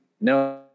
No